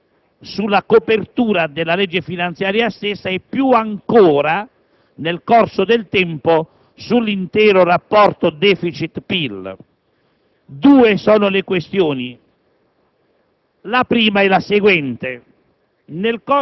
far cadere i propri effetti sulla copertura della legge finanziaria stessa e più ancora, nel corso del tempo, sull'intero rapporto *deficit*-PIL. Due sono le questioni.